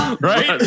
Right